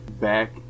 back